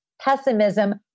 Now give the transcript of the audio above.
pessimism